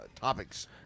topics